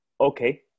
Okay